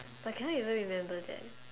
but I cannot even remember that